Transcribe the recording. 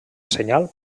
senyal